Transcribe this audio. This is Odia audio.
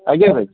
ଆଜ୍ଞା ଭାଇ